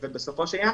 בסופו של דבר,